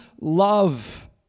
love